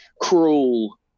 cruel